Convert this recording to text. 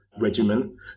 regimen